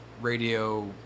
radio